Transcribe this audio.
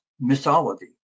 mythology